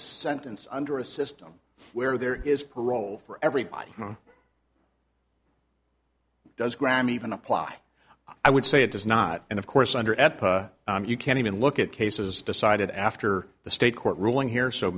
sentenced under a system where there is parole for everybody does graham even apply i would say it does not and of course under you can even look at cases decided after the state court ruling here so